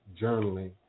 journaling